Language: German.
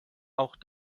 auch